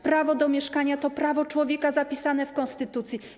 Prawo do mieszkania to prawo człowieka zapisane w konstytucji.